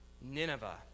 Nineveh